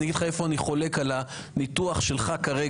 אני אגיד לך איפה אני חולק על הניתוח שלך כרגע.